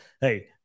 hey